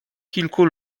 kilku